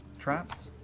traps?